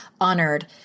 honored